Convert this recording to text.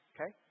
Okay